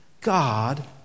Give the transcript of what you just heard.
God